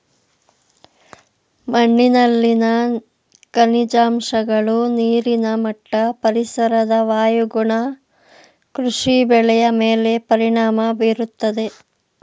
ಮಣ್ಣಿನಲ್ಲಿನ ಖನಿಜಾಂಶಗಳು, ನೀರಿನ ಮಟ್ಟ, ಪರಿಸರದ ವಾಯುಗುಣ ಕೃಷಿ ಬೆಳೆಯ ಮೇಲೆ ಪರಿಣಾಮ ಬೀರುತ್ತದೆ